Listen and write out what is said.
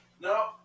No